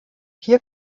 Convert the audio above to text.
hier